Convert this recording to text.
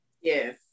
Yes